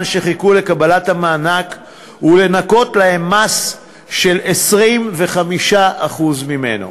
שחיכו לקבלת המענק ולנכות להם מס של 25% ממנו.